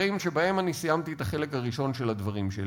שבהם סיימתי את החלק הראשון של הדברים שלי: